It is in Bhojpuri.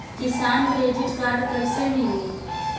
किसान क्रेडिट कार्ड कइसे मिली?